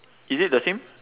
is it the same